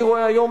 אני רואה היום,